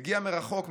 היא הגיעה מרחוק,